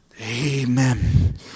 Amen